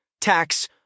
tax